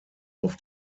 auf